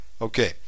Okay